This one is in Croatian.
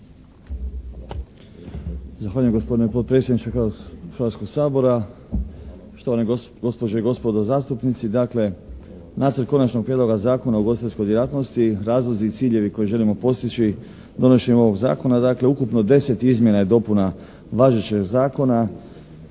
Zahvaljujem gospodine potpredsjedniče Hrvatskoga sabora, štovane gospođe i gospodo zastupnici. Dakle, Nacrt konačnog prijedloga Zakona o ugostiteljskoj djelatnosti, razlozi i ciljevi koje želimo postići donošenjem ovog zakona, dakle ukupno 10 izmjena i dopuna važećeg zakona